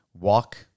walk